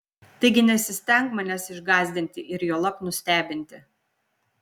taigi nesistenk manęs išgąsdinti ir juolab nustebinti